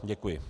Děkuji.